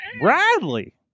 bradley